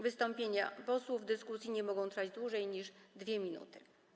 Wystąpienia posłów w dyskusji nie mogą trwać dłużej niż 2 minuty.